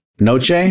Noche